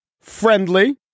friendly